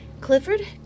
Clifford